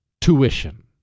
tuition